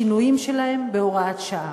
שינויים שלהם, בהוראת שעה.